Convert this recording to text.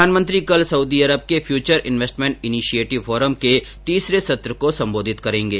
प्रधानमंत्री कल Saudi Arab के फ्यूचर इन्वेस्टमेंट इनिशिएटिव फोरम के तीसरे सत्र को सम्बोधित करेंगे